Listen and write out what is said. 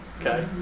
Okay